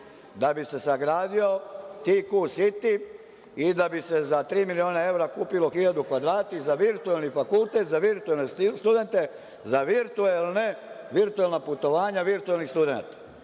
da bi se sagradio „Tq sity“ i da bi se za tri miliona evra kupilo hiljadu kvadrata za virtuelni fakultet, za virtuelne studente, za virtuelna putovanja virtuelnih studenata.